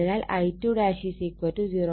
അതിനാൽ I2 0